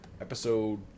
Episode